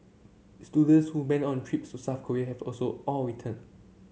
students who went on trips to South Korea have also all returned